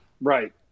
Right